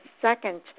second